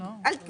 על תנאי.